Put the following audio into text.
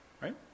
right